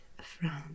France